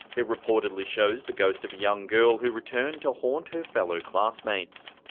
it reportedly shows the ghost of a young girl who returned to haunt her fellow classmates.